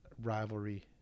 rivalry